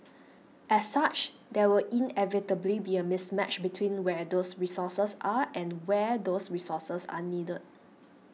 as such there will inevitably be a mismatch between where those resources are and where those resources are needed